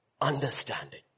understanding